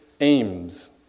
aims